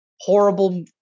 horrible